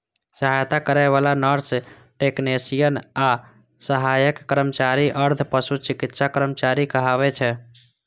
सहायता करै बला नर्स, टेक्नेशियन आ सहायक कर्मचारी अर्ध पशु चिकित्सा कर्मचारी कहाबै छै